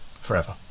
forever